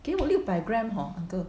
给我六百 gram hor uncle